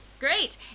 Great